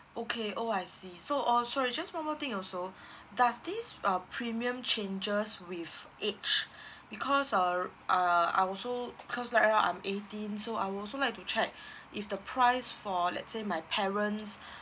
okay oh I see so oh sorry just one more thing also does this uh premium changes with age because uh uh I also because right now I'm eighteen so I'd also like to check if the price for let's say my parents